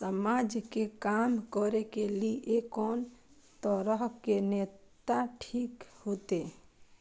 समाज के काम करें के ली ये कोन तरह के नेता ठीक होते?